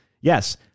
yes